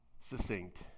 succinct